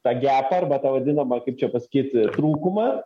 tą gepą arba tą vadinamą kaip čia pasakyt trūkumą